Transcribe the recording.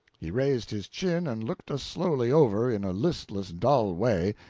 he raised his chin and looked us slowly over, in a listless dull way,